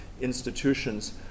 institutions